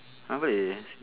I want it